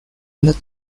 and